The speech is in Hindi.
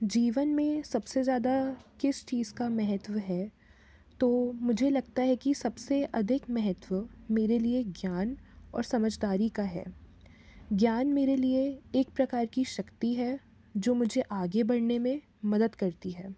जीवन में सब से ज़्यादा किस चीज़ का महत्व है तो मुझे लगता है कि सब से अधिक महत्व मेरे लिए ज्ञान और समझदारी का है ज्ञान मेरे लिए एक प्रकार की शक्ति है जो मुझे आगे बढ़ने में मदद करती है